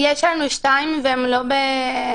יש לנו שתיים והן לא טובות.